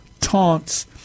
taunts